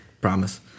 Promise